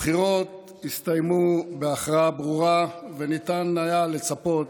הבחירות הסתיימו בהכרעה ברורה, וניתן היה לצפות